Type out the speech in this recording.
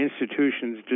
institutions